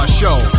show